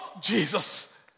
Jesus